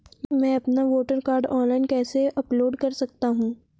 मैं अपना voter card online कैसे अपलोड कर सकता हूँ?